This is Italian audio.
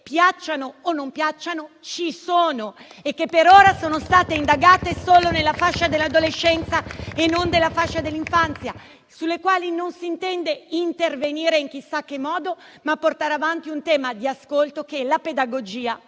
piacciano o meno, ci sono e che per ora sono state indagate solo nella fascia dell'adolescenza e non dell'infanzia, sulle quali non si intende intervenire in chissà che modo, ma portando avanti l'ascolto che la pedagogia,